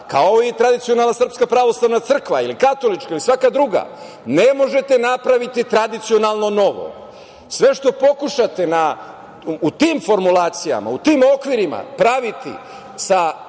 kao i tradicionalna Srpska pravoslavna crkva ili katolička i svaka druga, ne možete napraviti tradicionalno novo. Sve što pokušate u tim formulacijama, u tim okvirima praviti sa